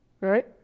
right